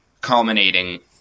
culminating